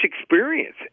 experience